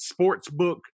sportsbook